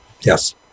Yes